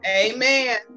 Amen